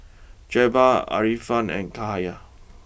Jebat Afiqah and Cahaya